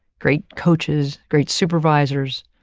great coaches, great supervisors,